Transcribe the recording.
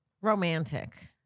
Romantic